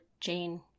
Jane